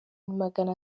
magana